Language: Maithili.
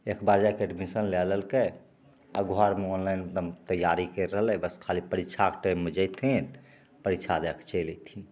एकबेर जाके एडमिशन लै लेलकै आब घरमे ऑनलाइन एगदम तैआरी करि रहलै बस खाली परीक्षाके टाइममे जएथिन परीक्षा दैके चलि अएथिन